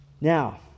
Now